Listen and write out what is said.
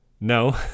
No